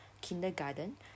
kindergarten